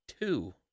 two